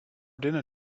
dinner